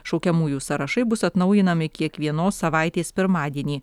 šaukiamųjų sąrašai bus atnaujinami kiekvienos savaitės pirmadienį